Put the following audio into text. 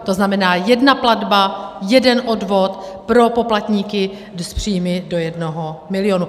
To znamená, jedna platba, jeden odvod pro poplatníky s příjmy do jednoho milionu.